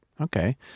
Okay